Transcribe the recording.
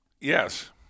yes